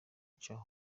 cya